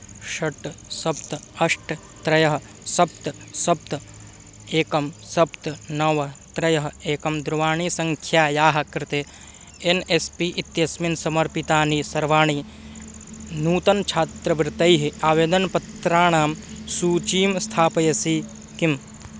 षट् सप्त अष्ट त्रयः सप्त सप्त एकं सप्त नव त्रयः एकं दूरवाणीसङ्ख्यायाः कृते एन् एस् पी इत्यस्मिन् समर्पितानि सर्वाणि नूतनछात्रवृत्तैः आवेदनपत्राणां सूचीं स्थापयसि किम्